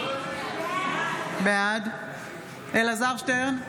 בעד אלעזר שטרן,